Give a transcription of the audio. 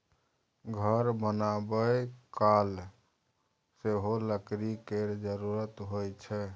घर बनाबय काल सेहो लकड़ी केर जरुरत होइ छै